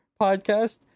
podcast